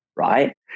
right